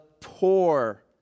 poor